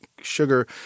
sugar